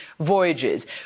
voyages